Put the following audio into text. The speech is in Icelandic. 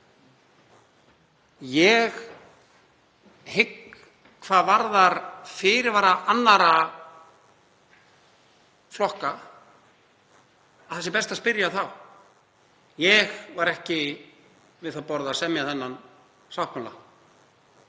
Ég hygg, hvað varðar fyrirvara annarra flokka, að best sé að spyrja þá. Ég sat ekki við það borð að semja þennan sáttmála.